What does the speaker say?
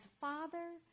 Father